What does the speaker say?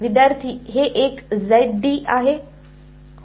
विद्यार्थीः हे एक z d आहे